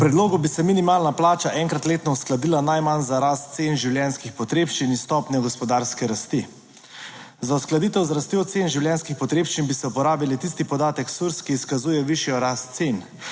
Po predlogu bi se minimalna plača enkrat letno uskladila najmanj za rast cen življenjskih potrebščin in stopnjo gospodarske rasti. Za uskladitev z rastjo cen življenjskih potrebščin bi se uporabile tisti podatek SURS, ki izkazuje višjo rast cen,